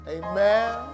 Amen